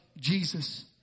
Jesus